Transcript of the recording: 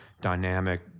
dynamic